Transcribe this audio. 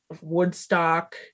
Woodstock